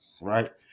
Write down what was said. right